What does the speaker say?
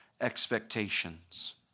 expectations